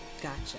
gotcha